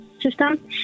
system